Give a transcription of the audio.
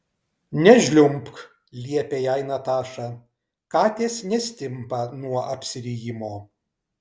nežliumbk liepė jai nataša katės nestimpa nuo apsirijimo